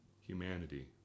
humanity